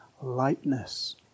lightness